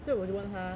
所以我就问他